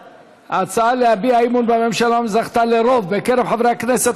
ההצעה להביע אי-אמון בממשלה זכתה לרוב בקרב חברי הכנסת